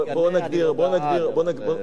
בוא נגדיר את הדברים,